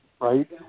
right